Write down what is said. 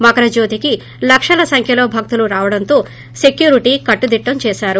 మకర జ్యోతికి లక్షల సంఖ్యలో భక్తులు రావడంతో సెక్యూరిటీ కట్టుదిట్టం చేశారు